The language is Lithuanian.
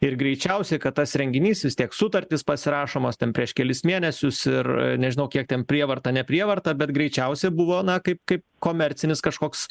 ir greičiausiai kad tas renginys vis tiek sutartys pasirašomos tam prieš kelis mėnesius ir nežinau kiek ten prievarta ne prievarta bet greičiausiai buvo na kaip kaip komercinis kažkoks